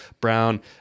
Brown